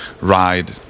ride